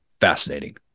fascinating